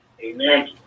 Amen